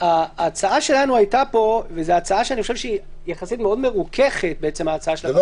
ההצעה שלנו היתה פה והיא מאוד מרוככת - זה לא